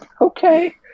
Okay